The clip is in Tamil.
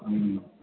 ம்